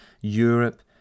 Europe